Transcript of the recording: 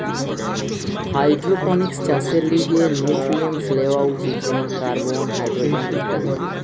hydroponics চাষের লিগে nutrients লেওয়া উচিত যেমন কার্বন, হাইড্রোজেন ইত্যাদি